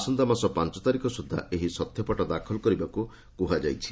ଆସନ୍ତାମାସ ପାଞ୍ଚତାରିଖ ସୁଦ୍ଧା ଏହି ସତ୍ୟପାଠ ଦାଖଲ କରିବାକୁ କୁହାଯାଇଛି